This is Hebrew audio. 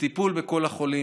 בטיפול בכל החולים,